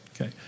okay